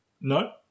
No